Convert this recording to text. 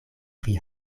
pri